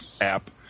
app